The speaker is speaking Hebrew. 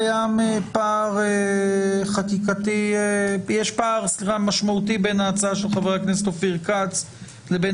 קיים פער חקיקתי בין ההצעה של חה"כ אופיר כץ לבין